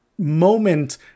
Moment